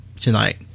tonight